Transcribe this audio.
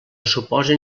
suposen